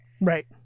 Right